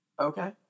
Okay